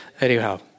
Anyhow